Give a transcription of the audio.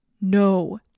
No